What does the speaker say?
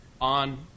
on